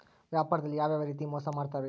ವ್ಯಾಪಾರದಲ್ಲಿ ಯಾವ್ಯಾವ ರೇತಿ ಮೋಸ ಮಾಡ್ತಾರ್ರಿ?